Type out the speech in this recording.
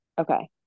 okay